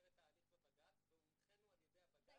במסגרת ההליך בבג"צ והונחינו על ידי הבג"צ